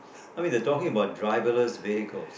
I mean they're talking about driverless vehicles